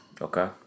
Okay